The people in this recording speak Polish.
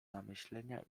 zamyślenia